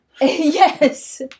yes